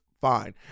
fine